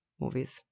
movies